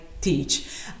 teach